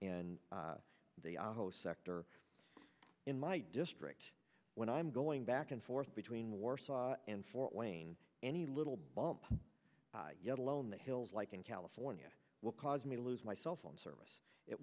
and the host sector in my district when i'm going back and forth between warsaw and fort wayne any little bump yet alone the hills like in california will cause me to lose my cell phone service it